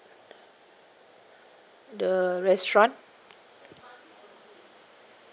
the restaurant